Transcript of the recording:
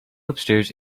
upstairs